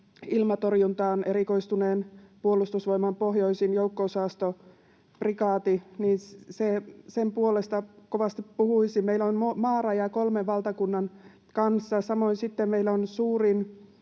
ilmatorjuntaan erikoistuneen Puolustusvoiman pohjoisimman joukko-osastoprikaatin puolesta kovasti puhuisin. Meillä on maarajaa kolmen valtakunnan kanssa, samoin sitten meillä on sekä